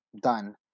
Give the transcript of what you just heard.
done